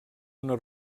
una